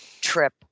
trip